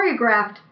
choreographed